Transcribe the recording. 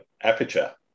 aperture